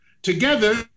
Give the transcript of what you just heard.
Together